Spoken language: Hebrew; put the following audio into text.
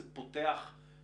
זה פתח אדיר.